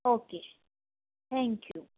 okay thank you